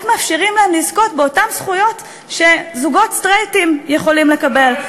רק מאפשרים להם לזכות באותן זכויות שזוגות סטרייטים יכולים לקבל,